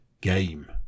game